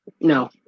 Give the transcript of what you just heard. No